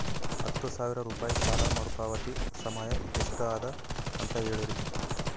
ಹತ್ತು ಸಾವಿರ ರೂಪಾಯಿ ಸಾಲ ಮರುಪಾವತಿ ಸಮಯ ಎಷ್ಟ ಅದ ಅಂತ ಹೇಳರಿ?